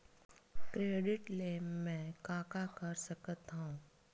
Credit ले मैं का का कर सकत हंव?